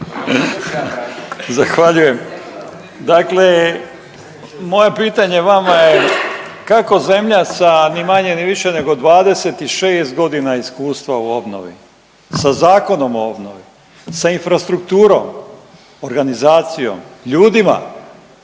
Zahvaljujem. Dakle, moje pitanje vama je kako zemlja sa ni manje ni više nego 26 godina iskustva u obnovi, sa Zakonom o obnovi, sa infrastrukturom, organizacijom, ljudima